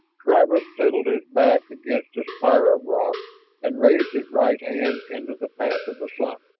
travis settled his back against the spire of rock and raised his right hand into the path of the sun,